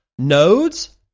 Nodes